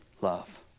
love